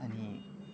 अनि